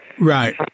Right